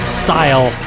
style